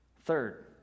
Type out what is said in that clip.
Third